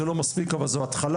זה לא מספיק אבל זאת התחלה,